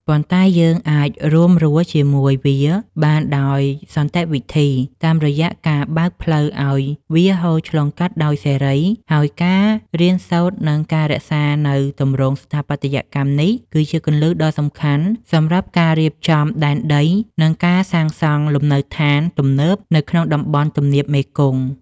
ប៉ុន្តែយើងអាចរួមរស់ជាមួយវាបានដោយសន្តិវិធី តាមរយៈការបើកផ្លូវឱ្យវាហូរឆ្លងកាត់ដោយសេរី ហើយការរៀនសូត្រ និងការរក្សានូវទម្រង់ស្ថាបត្យកម្មនេះ គឺជាគន្លឹះដ៏សំខាន់សម្រាប់ការរៀបចំដែនដី និងការសាងសង់លំនៅដ្ឋានទំនើបនៅក្នុងតំបន់ទំនាបមេគង្គ។